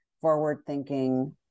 forward-thinking